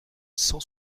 cent